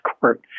court